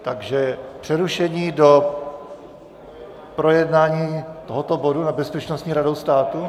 Takže přerušení do projednání tohoto bodu na Bezpečnostní radou státu?